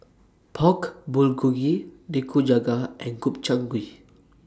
Pork Bulgogi Nikujaga and Gobchang Gui